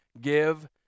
give